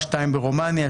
שניים ברומניה,